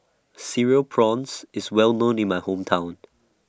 Cereal Prawns IS Well known in My Hometown